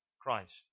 Christ